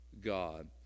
God